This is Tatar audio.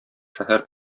шәһәр